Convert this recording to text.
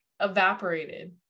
evaporated